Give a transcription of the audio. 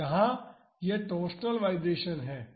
तो यहाँ यह टॉरशनल वाइब्रेशन है